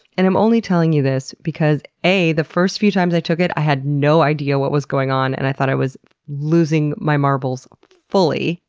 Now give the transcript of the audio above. and i'm only telling you this because, a, the first few times i took it i had no idea what was going on and i thought i was losing my marbles fully.